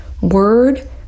Word